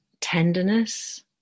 tenderness